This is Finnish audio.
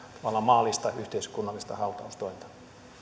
tavallaan maallista yhteiskunnallista hautaustointa